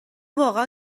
واقعا